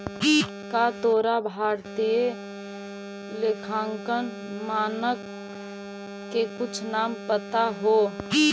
का तोरा भारतीय लेखांकन मानक के कुछ नाम पता हो?